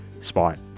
spot